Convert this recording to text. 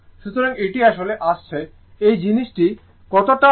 সুতরাং এটি আসলে আসছে এই জিনিসটি কতটা 43